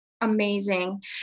amazing